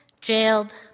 jailed